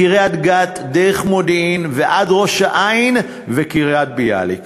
מקריית-גת דרך מודיעין ועד ראש-העין וקריית-ביאליק.